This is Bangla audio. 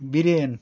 বীরেন